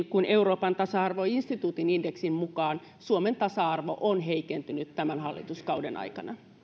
kuin euroopan tasa arvoinstituutin indeksin mukaan suomen tasa arvo on heikentynyt tämän hallituskauden aikana